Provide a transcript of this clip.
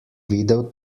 videl